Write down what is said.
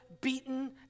beaten